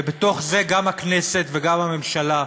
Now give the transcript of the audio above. ובתוך זה גם הכנסת וגם הממשלה,